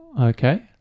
okay